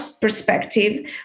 perspective